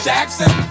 Jackson